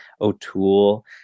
O'Toole